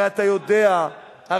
הרי אתה יודע, פיניאן.